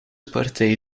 partij